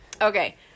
Okay